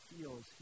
feels